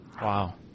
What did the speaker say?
Wow